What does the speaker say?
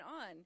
on